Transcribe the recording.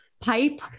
Pipe